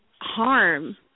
harm